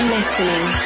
Listening